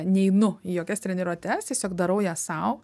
neinu į jokias treniruotes tiesiog darau jas sau